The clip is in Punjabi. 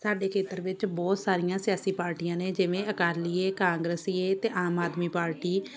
ਸਾਡੇ ਖੇਤਰ ਵਿੱਚ ਬਹੁਤ ਸਾਰੀਆਂ ਸਿਆਸੀ ਪਾਰਟੀਆਂ ਨੇ ਜਿਵੇਂ ਅਕਾਲੀਏ ਕਾਂਗਰਸੀਏ ਅਤੇ ਆਮ ਆਦਮੀ ਪਾਰਟੀ